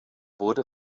wurde